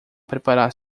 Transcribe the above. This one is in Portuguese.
preparar